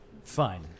Fine